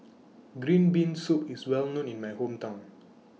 Green Bean Soup IS Well known in My Hometown